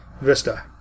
Vista